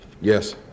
Yes